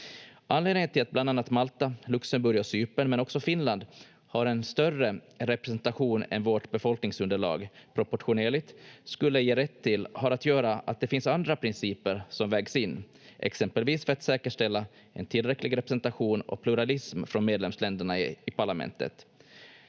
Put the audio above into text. Anledningen till att bland annat Malta, Luxemburg och Cypern men också Finland har en större representation än vårt befolkningsunderlag proportionerligt skulle ge rätt till har att göra med att det finns andra principer som vägs in, exempelvis för att säkerställa en tillräcklig representation och pluralism från medlemsländerna i parlamentet.